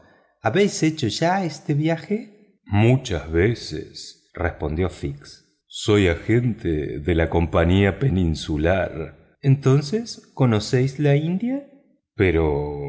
habéis hecho ya este viaje muchas veces respondió fix soy agente de la compañía peninsular entonces conocéis la india pero